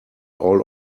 all